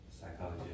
psychology